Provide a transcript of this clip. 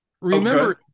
Remember